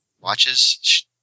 watches